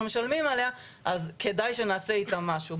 משלמים עליה אז כדאי שנעשה איתה משהו.